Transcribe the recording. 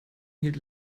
hielt